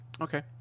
Okay